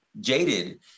jaded